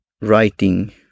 writing